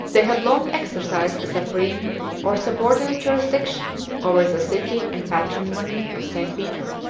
they had long exercised a supreme or subordinate jurisdiction over the city and patrimony of st. peter.